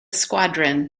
squadron